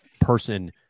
person